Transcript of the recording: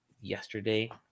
yesterday